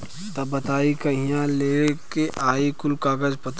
तब बताई कहिया लेके आई कुल कागज पतर?